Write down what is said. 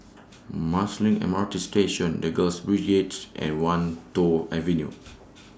Marsiling M R T Station The Girls Brigades and Wan Tho Avenue